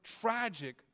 tragic